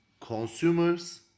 consumers